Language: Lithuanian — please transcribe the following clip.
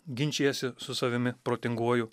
ginčijiesi su savimi protinguoju